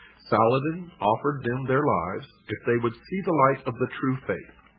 saladin offered them their lives if they would see the light of the true faith.